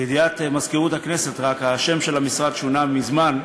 לידיעת מזכירות הכנסת, השם של המשרד שונה מזמן,